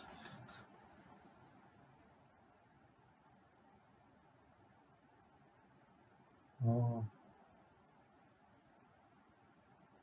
orh